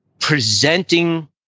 Presenting